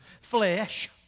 Flesh